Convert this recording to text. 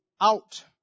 out